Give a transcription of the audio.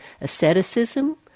asceticism